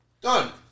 Done